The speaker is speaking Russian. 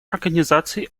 организации